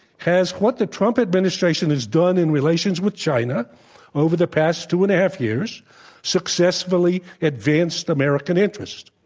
has what the trump administration has done in relations with china over the past two and a half years successfully advanced american interests?